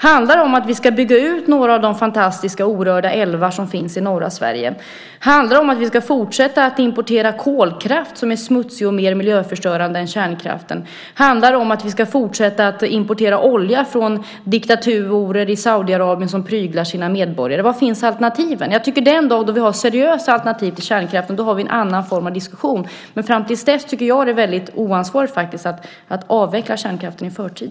Handlar det om att vi ska bygga ut några av de fantastiska orörda älvar som finns i norra Sverige? Handlar det om att vi ska fortsätta att importera kolkraft som är smutsig och mer miljöförstörande än kärnkraften? Handlar det om att vi ska fortsätta importera olja från diktatorer i Saudiarabien som pryglar sina medborgare? Var finns alternativen? Jag tycker att den dag då vi har seriösa alternativ till kärnkraften, då har vi en annan form av diskussion, men fram till dess tycker jag faktiskt att det är väldigt oansvarigt att avveckla kärnkraften i förtid.